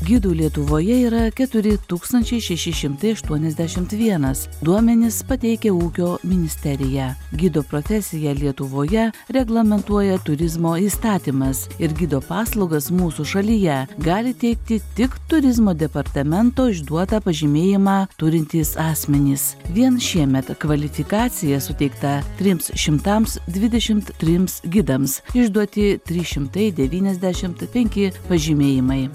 gidų lietuvoje yra keturi tūkstančiai šeši šimtai aštuoniasdešimt vienas duomenis pateikia ūkio ministerija gido profesiją lietuvoje reglamentuoja turizmo įstatymas ir gido paslaugas mūsų šalyje gali teikti tik turizmo departamento išduotą pažymėjimą turintys asmenys vien šiemet kvalifikacija suteikta trims šimtams dvidešimt trims gidams išduoti trys šimtai devyniasdešimt penki pažymėjimai